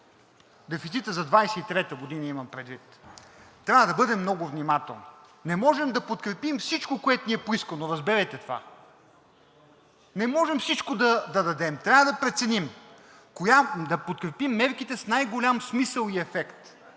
дефицита за 2023 г. имам предвид, трябва да бъдем много внимателни. Не можем да подкрепим всичко, което ни е поискано, разберете това. Не можем всичко да дадем. Трябва да преценим, да подкрепим мерките с най-голям смисъл и ефект.